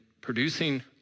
producing